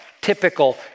typical